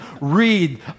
read